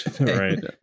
right